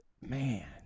Man